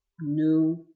New